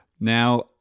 Now